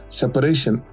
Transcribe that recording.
separation